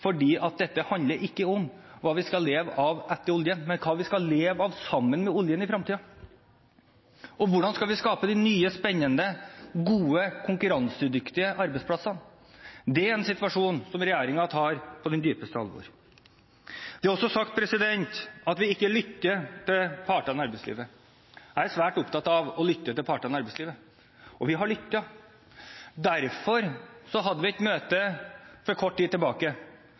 fordi dette ikke handler om hva vi skal leve av etter oljen, men hva vi skal leve av sammen med oljen i fremtiden. Og hvordan skal vi skape de nye spennende, gode, konkurransedyktige arbeidsplassene? Det er en situasjon som regjeringen tar på det dypeste alvor. Det er også sagt at vi ikke lytter til partene i arbeidslivet. Jeg er svært opptatt av å lytte til partene i arbeidslivet, og vi har lyttet. Derfor hadde vi et møte for kort tid tilbake